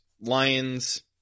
Lions